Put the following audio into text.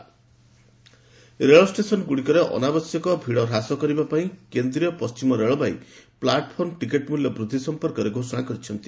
railway corona ରେଳଷ୍ଟେସନଗୁଡ଼ିକରେ ଅନାବଶ୍ୟକ ଭିଡ଼ ହ୍ରାସ କରିବା ପାଇଁ କେନ୍ଦ୍ରୀୟ ପଶ୍ଚିମ ରେଳବାଇ ପ୍ଲାଟଫର୍ମ ଟିକେଟ୍ ମୂଲ୍ୟ ବୃଦ୍ଧି ସଂପର୍କରେ ଘୋଷଣା କରିଛନ୍ତି